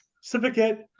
certificate